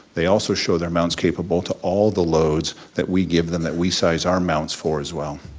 they also show their mounts capable to all the loads that we give them that we size our mounts for as well.